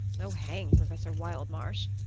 oh, hang professor wildmarsh!